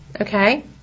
Okay